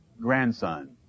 grandson